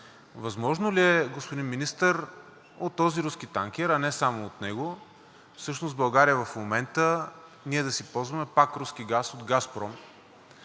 възможно ли е, господин Министър, от този руски танкер, а не само от него, всъщност в България в момента ние да си ползваме пак руски газ от „Газпром“